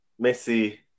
Messi